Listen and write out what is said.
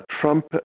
Trump